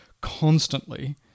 constantly